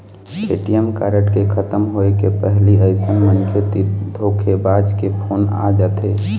ATM card के खतम होए के पहिली अइसन मनखे तीर धोखेबाज के फोन आ जाथे